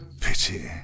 pity